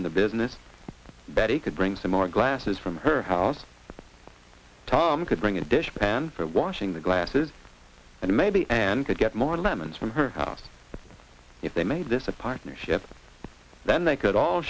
the business betty could bring some more glasses from her house tom could bring a dish pan for washing the glasses and maybe and to get more lemons from her if they made this a partnership then they could all